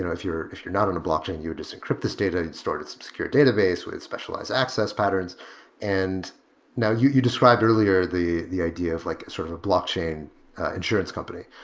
if you're if you're not in a blockchain, you would just encrypt this data, store some security database with specialized access patterns and now you you described earlier the the idea of like sort of a blockchain insurance company.